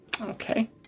Okay